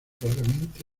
raramente